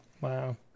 Wow